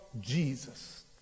Jesus